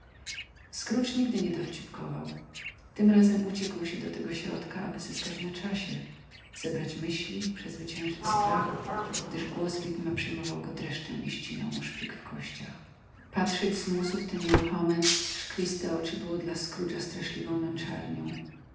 scrooge nigdy nie dowcipkował tym razem uciekł się do tego środka aby zyskać na czasie zebrać myśli przezwyciężyć strach gdyż głos widma przejmował go dreszczem i ścinał mu szpik w kościach patrzeć z musu w te nieruchome szkliste oczy było dla scroogea straszliwą męczarnią